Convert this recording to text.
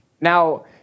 Now